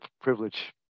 privilege